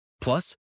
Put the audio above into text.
Plus